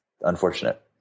unfortunate